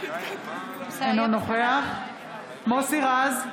אינו נוכח מוסי רז,